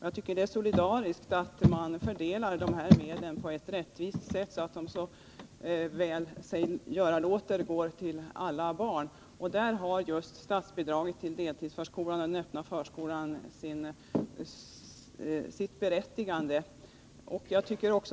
Jag tycker att det är solidariskt att man fördelar dessa medel på ett rättvist sätt så att de, såväl sig göra låter, går till alla barn. Därvidlag har just statsbidraget till deltidsförskolan och den öppna förskolan sitt berättigande.